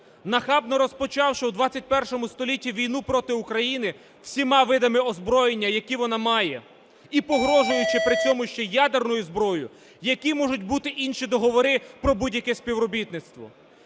нахабно розпочавши в ХХІ столітті війну проти України всіма видами озброєння, які вона має, і погрожуючи при цьому ще і ядерною зброєю, які можуть бути інші договори про будь-яке співробітництво?